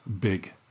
big